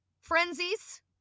frenzies